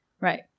Right